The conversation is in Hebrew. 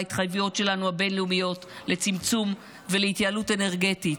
בהתחייבויות הבין-לאומיות שלנו לצמצום ולהתייעלות אנרגטית.